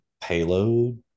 Payload